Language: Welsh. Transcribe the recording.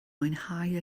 mwynhau